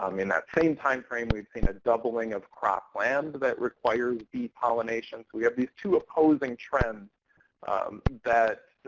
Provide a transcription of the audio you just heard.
i mean that same time frame we've seen a doubling of cropland that requires bee pollination. so we have these two opposing trends that